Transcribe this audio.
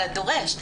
על הדורש.